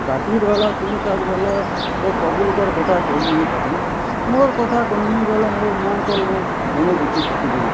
ବାକି ରହିଲା ତୁନ୍ ଶାଗ୍ ବୋଲେ ତ ସବୁ ଲୁକ୍ ର କଥା କହି ନି ପାରୁ ମୋର୍ କଥା କହିମି ବୋଲେ ମୋର୍ ମାଆ ଙ୍କର୍ ମୁଁ ବୋଲେ ଶିଖିଛେ